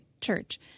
church